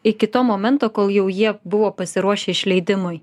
iki to momento kol jau jie buvo pasiruošę išleidimui